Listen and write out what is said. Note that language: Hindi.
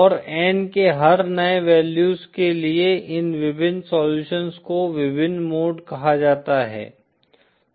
और N के हर नए वैल्यूज के लिए इन विभिन्न सोल्युशन्स को विभिन्न मोड कहा जाता है